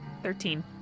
Thirteen